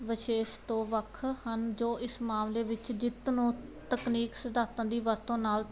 ਵਿਸ਼ੇਸ਼ ਤੋ ਵੱਖ ਹਨ ਜੋ ਇਸ ਮਾਮਲੇ ਵਿੱਚ ਜਿੱਤ ਨੂੰ ਤਕਨੀਕ ਸਿਧਾਂਤਾਂ ਦੀ ਵਰਤੋਂ ਨਾਲ